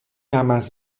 amas